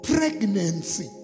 Pregnancy